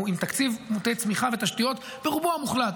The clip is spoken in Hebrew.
אנחנו עם תקציב מוטה צמיחה ותשתיות ברובו המוחלט.